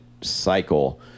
cycle